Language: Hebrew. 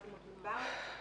אימות מוגבר.